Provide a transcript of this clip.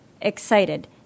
excited